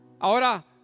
Ahora